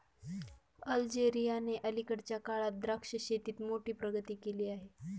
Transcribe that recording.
अल्जेरियाने अलीकडच्या काळात द्राक्ष शेतीत मोठी प्रगती केली आहे